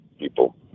people